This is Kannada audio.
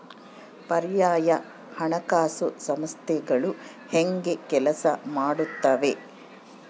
ಪರ್ಯಾಯ ಹಣಕಾಸು ಸಂಸ್ಥೆಗಳು ಹೇಗೆ ಕೆಲಸ ಮಾಡುತ್ತವೆ?